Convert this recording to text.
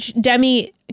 Demi